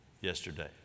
yesterday